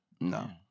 No